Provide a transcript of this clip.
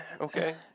okay